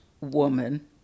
woman